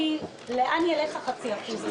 לאן ילך החצי אחוז הזה?